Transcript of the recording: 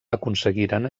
aconseguiren